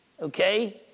okay